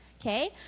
okay